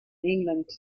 england